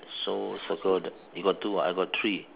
so circle the you got two ah I got three